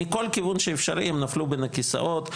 מכל כיוון שאפשרי הם נפלו בין הכסאות.